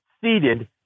seated